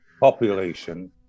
population